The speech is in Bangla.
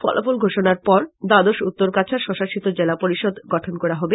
ফলাফল ঘোষণার পর দ্বাদশ উত্তর কাছাড় স্বশাসিত জেলাপরিষদ গঠন করা হবে